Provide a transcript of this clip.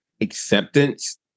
acceptance